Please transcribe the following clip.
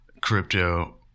crypto